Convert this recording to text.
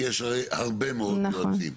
כי יש הרי הרבה מאוד יועצים.